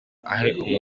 ahe